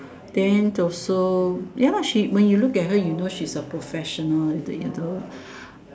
then also ya lah she when you look at her you know she's a professional the you do